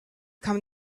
come